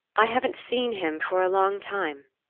i haven't seen him for a long time.